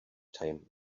time